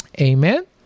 Amen